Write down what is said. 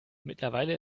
mittlerweile